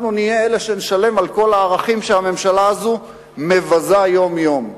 אנחנו נשלם על כל הערכים שהממשלה הזו מבזה יום-יום.